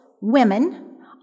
women